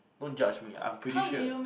don't judge me I'm pretty sure